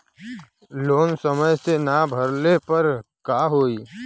Loan समय से ना भरले पर का होयी?